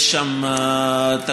יש שם תקציב,